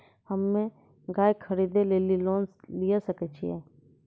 हम्मे गाय खरीदे लेली लोन लिये सकय छियै?